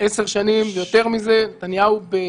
עשרה ימים זה התקנון.